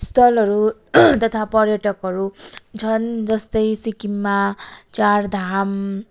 स्थलहरू तथा पर्यटकहरू छन् जस्तै सिक्किममा चारधाम